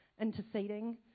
interceding